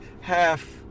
half